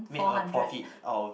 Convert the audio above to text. made a profit out of